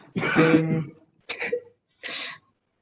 I think